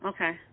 Okay